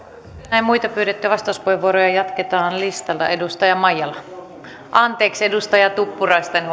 enää muita pyydettyjä vastauspuheenvuoroja jatketaan listalta edustaja maijala anteeksi edustaja tuppuraista en